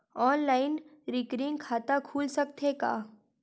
Online recurring खाता खुल सकथे का?